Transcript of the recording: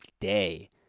day